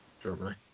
Germany